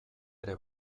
ere